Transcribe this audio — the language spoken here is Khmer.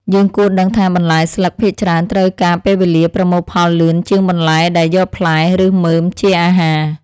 យើងគួរដឹងថាបន្លែស្លឹកភាគច្រើនត្រូវការពេលវេលាប្រមូលផលលឿនជាងបន្លែដែលយកផ្លែ ឬមើមជាអាហារ។